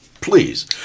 please